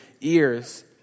ears